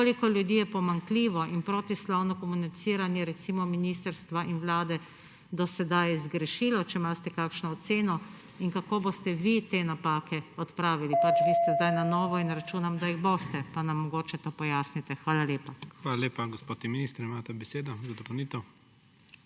Koliko ljudi je pomanjkljivo in protislovno komuniciranje ministrstva in vlade do sedaj zgrešilo? Ali imate kakšno oceno? Kako boste vi te napake odpravili? Vi ste zdaj na novo in računam, da jih boste. Pa nam mogoče to pojasnite. Hvala lepa. PREDSEDNIK IGOR ZORČIČ: Hvala lepa. Gospod minister, imate besedo za dopolnitev.